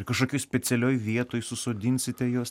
kažkokių specialioj vietoj susodinsite juos